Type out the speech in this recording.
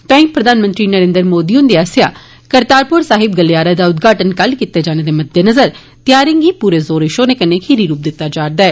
तोआंई प्रधानमंत्री नरेन्द्र मोदी ह्न्दे आस्सेया करतारपुर साहिब गलियारे दा उदघाटन कल कीते जाने दे मद्देनजर त्यारिएं गी पूरे जोरे षोरे कन्नै खीरी रूप् दिता जा करदा ऐ